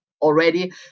already